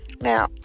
Now